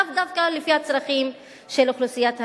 לאו דווקא לפי הצרכים של אוכלוסיית הנשים.